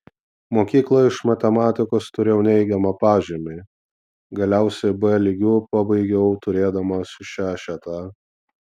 mokykloje iš matematikos turėjau neigiamą pažymį galiausiai b lygiu pabaigiau turėdamas šešetą